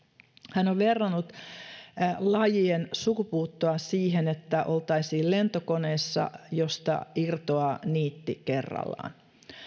hän on verrannut lajien sukupuuttoa siihen että oltaisiin lentokoneessa josta irtoaa niitti kerrallaan